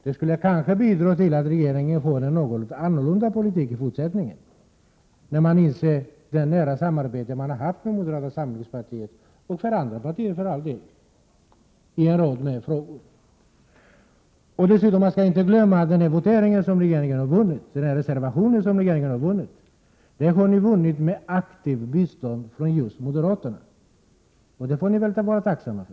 Det skulle kanske kunna bidra till att regeringen för en något annorlunda politik i fortsättningen, om man insåg vilket nära samarbete man ien rad frågor har haft med moderata samlingspartiet och för all del även med andra partier. Man får dessutom inte glömma att den seger som regeringen har vunnit genom att reservationen vann i voteringen har uppnåtts med aktivt stöd från just moderaterna. Detta får ni väl vara tacksamma för.